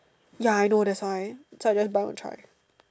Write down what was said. ya I know that's why so I just buy one try